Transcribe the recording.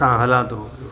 सां हला थो